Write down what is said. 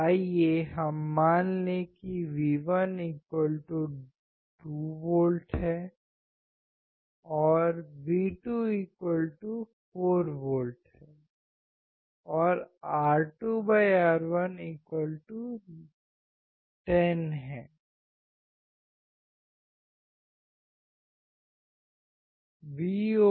आइए हम मान लें कि V1 2 V V2 4 V और R2R1 10